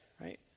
Right